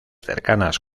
cercanas